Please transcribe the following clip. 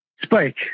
Spike